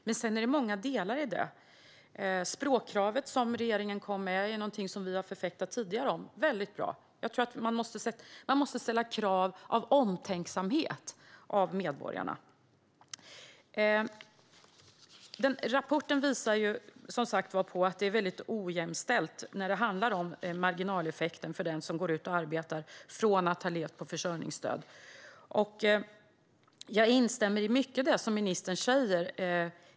Men sedan är det många delar i detta. Språkkravet, som regeringen nyligen kom med, är något som vi har förfäktat tidigare - väldigt bra. Jag tror att man måste ställa krav av omtanke om medborgarna. Rapporten visar som sagt att det är väldigt ojämställt när det gäller marginaleffekten för den som går ut och arbetar från att ha levt på försörjningsstöd. Jag instämmer i mycket av det som ministern säger.